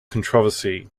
controversy